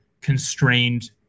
constrained